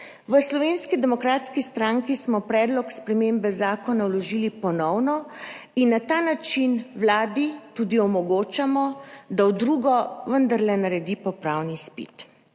V Slovenski demokratski stranki smo predlog spremembe zakona vložili ponovno in na ta način vladi tudi omogočamo, da v drugo vendarle naredi popravni izpit.